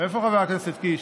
איפה חבר הכנסת קיש?